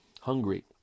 hungry